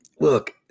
look